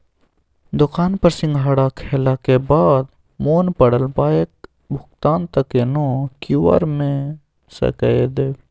दोकान पर सिंघाड़ा खेलाक बाद मोन पड़ल पायक भुगतान त कोनो क्यु.आर सँ कए देब